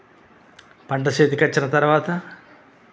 పంట చేతికొచ్చిన తరవాత